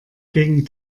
gegen